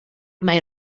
mae